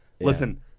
Listen